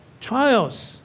trials